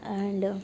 and